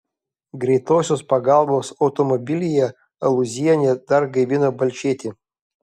greitosios pagalbos automobilyje alūzienė dar gaivino balčėtį